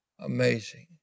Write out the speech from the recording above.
Amazing